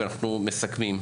ואנחנו מסכמים.